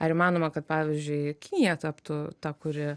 ar įmanoma kad pavyzdžiui kinija taptų ta kuri